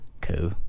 Cool